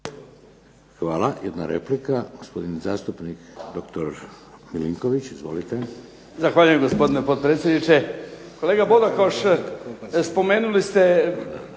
Hvala. Jedna replika. Gospodin zastupnik, doktor Milinković. Izvolite. **Milinković, Stjepan (HDZ)** Zahvaljujem gospodine potpredsjedniče. Kolega Bodakoš spomenuli ste